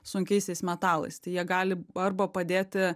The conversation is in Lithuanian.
sunkiaisiais metalais tai jie gali arba padėti